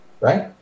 Right